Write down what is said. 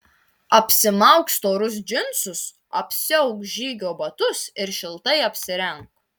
apsimauk storus džinsus apsiauk žygio batus ir šiltai apsirenk